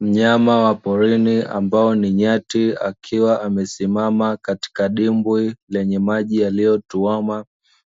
Mnyama wa porini ambaye ni nyati, akiwa amesimama katika dimbwi lenye maji yaliyotuama,